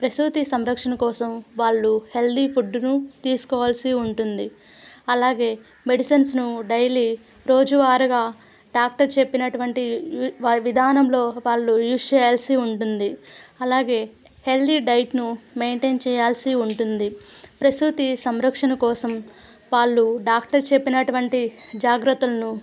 ప్రసూతి సంరక్షణ కోసం వాళ్ళు హెల్దీ ఫుడ్ను తీసుకోవాల్సి ఉంటుంది అలాగే మెడిసిన్స్ను డైలీ రోజువారిగా డాక్టర్ చెప్పినటువంటి విధానంలో వాళ్ళు యూస్ చేయాల్సి ఉంటుంది అలాగే హెల్దీ డైట్ను మెయింటైన్ చేయాల్సి ఉంటుంది ప్రసూతి సంరక్షణ కోసం వాళ్ళు డాక్టర్ చెప్పినటువంటి జాగ్రత్తలను